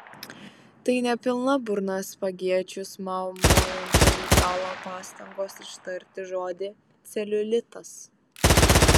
tai ne pilna burna spagečius maumojančio italo pastangos ištarti žodį celiulitas